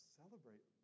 celebrate